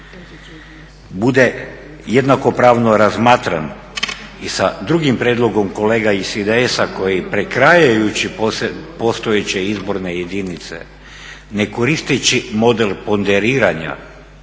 bude jednakopravno razmatran i sa drugim prijedlogom kolega iz IDS-a koji prekrajajući postojeće izborne jedinice, ne koristeći model ponderiranja